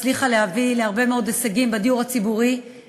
הצליחה להביא להרבה מאוד הישגים בדיור הציורי,